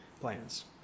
plans